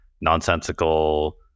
nonsensical